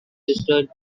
destroyed